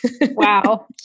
Wow